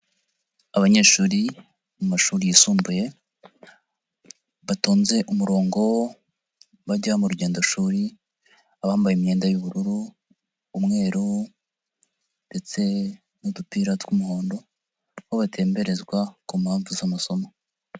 Abanyeshuri mu mashuri yisumbuye batonze umurongo bajya mu rugendoshuri, abambaye imyenda y'ubururu, umweru ndetse n'udupira tw'umuhondo, kuko batemberezwa ku mpamvu z'amasomo.